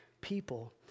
people